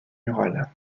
murales